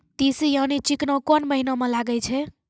तीसी यानि चिकना कोन महिना म लगाय छै?